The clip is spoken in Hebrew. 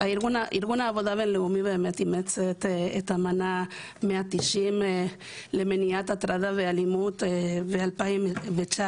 ארגון העבודה הבינלאומי אימץ את אמנה 190 למניעת הטרדה ואלימות ב-2019.